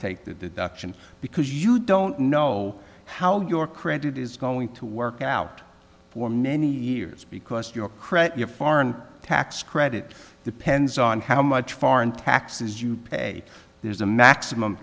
take the deduction because you don't know how your credit is going to work out for many years because to your credit your foreign tax credit depends on how much foreign taxes you pay there's a maximum